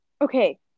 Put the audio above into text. okay